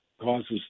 causes